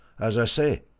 as i say,